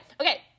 Okay